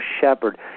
shepherd